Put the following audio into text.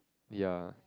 ya